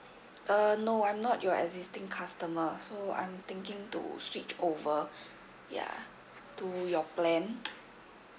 uh no I'm not your existing customer so I'm thinking to switch over ya to your plan